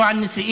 לא על נשיאים,